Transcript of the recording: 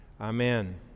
Amen